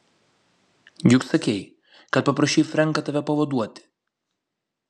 juk sakei kad paprašei frenką tave pavaduoti